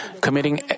committing